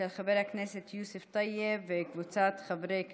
של חבר הכנסת יוסף טייב וקבוצת חברי הכנסת.